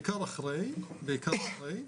בעיקר אחרי,